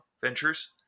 ventures